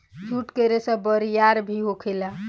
जुट के रेसा बरियार भी होखेला